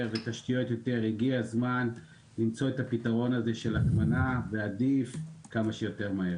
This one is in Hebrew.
הגיע הזמן למצוא את הפתרון של הטמנה ועדיף כמה שיותר מהר.